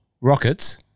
Rockets